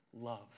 love